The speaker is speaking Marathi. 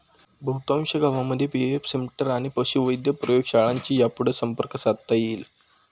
बहुतांश गावांमध्ये बी.ए.एफ सेंटर आणि पशुवैद्यक प्रयोगशाळांशी यापुढं संपर्क साधता येईल